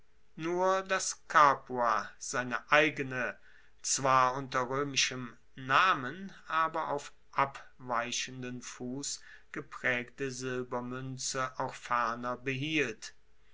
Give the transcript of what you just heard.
nur dass capua seine eigene zwar unter roemischem namen aber auf abweichenden fuss gepraegte silbermuenze auch ferner behielt